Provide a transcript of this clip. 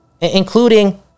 Including